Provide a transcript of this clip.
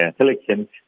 selection